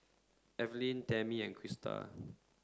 Evelin Tamie and Christa